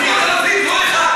טלב אבו עראר, רק דקה.